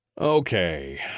Okay